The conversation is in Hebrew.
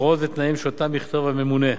הוראות ותנאים שאותם יכתוב הממונה.